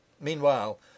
Meanwhile